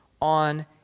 on